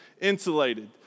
insulated